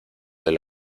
del